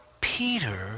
Peter